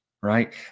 Right